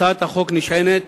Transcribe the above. הצעת החוק נשענת